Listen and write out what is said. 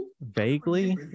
vaguely